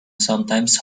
sometimes